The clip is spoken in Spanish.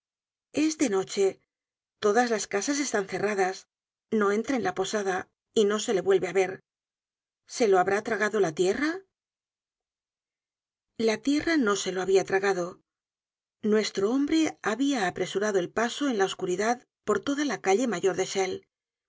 de noche todas las casas están cerradas no entra en la posada y no se le vuelve á ver se lo habrá tragado la tierra la tierra no se lo habia tragado nuestro hombre habia apresurado el paso en la oscuridad por toda la calle mayor de